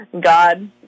God